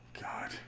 God